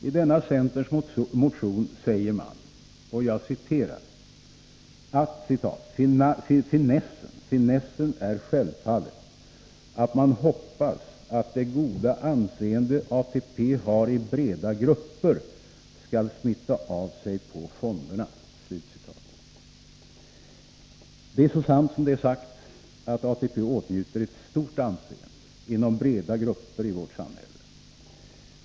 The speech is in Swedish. I denna centermotion sägs: ”Finessen är självfallet att man hoppas att det goda anseende ATP har i breda grupper skall smitta av sig även på fonderna.” Det är så sant som det är sagt att ATP åtnjuter ett stort anseende inom breda grupper i vårt samhälle.